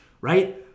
right